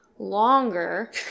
longer